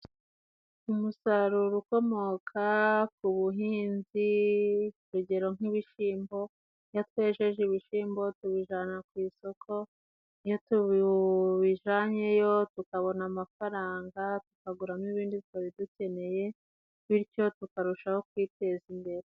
Umusaruro ukomoka ku buhinzi, urugero nk'ibishyimbo, iyo twejeje ibishyimbo tubijana ku isoko iyo tubijanyeyo tukabona amafaranga tukaguramo ibindi twari dukeneye bityo tukarushaho kwiteza imbere.